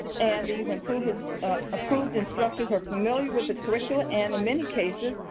and these improved and approved instructors are familiar with the curricula, and in many cases,